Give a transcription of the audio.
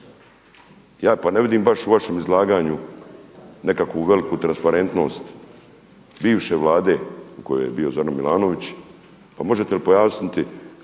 Ja ne vidim vaš u vašem izlaganju nekakvu veliku transparentnost bivše Vlade u kojoj je bio Zoran Milanović, pa možete li pojasniti